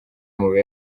amabuye